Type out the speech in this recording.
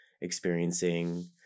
experiencing